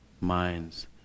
minds